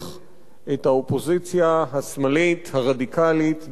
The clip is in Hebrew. את האופוזיציה השמאלית הרדיקלית ביוון